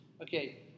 Okay